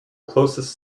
closest